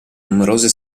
numerose